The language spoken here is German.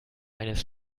eines